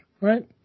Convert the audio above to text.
right